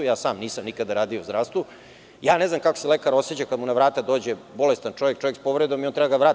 Ja sam nisam nikada radio u zdravstvu i ne znam kako se lekar oseća kad mu na vrata dođe bolestan čovek, čovek sa povredom i on treba da ga vrati.